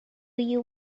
you